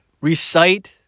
recite